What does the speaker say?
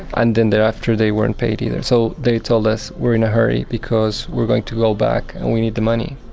and then thereafter they weren't paid either. so they told us we are in a hurry because we are going to go back and we need the money.